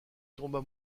tombent